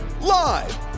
Live